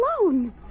alone